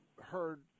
heard